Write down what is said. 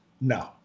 no